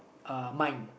uh mine